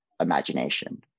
imagination